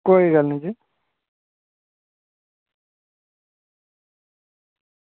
कोई गल्ल निं जी